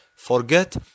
Forget